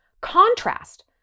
contrast